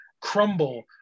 crumble